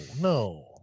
no